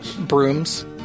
brooms